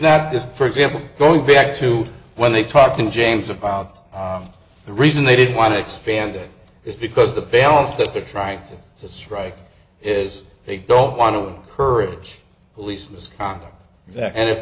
just for example going back to when they talk to james about the reason they didn't want to expand it is because the balance that they're trying to strike is they don't want to courage police misconduct that and if